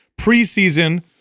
Preseason